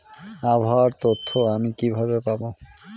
আবহাওয়ার তথ্য আমি কিভাবে পাবো?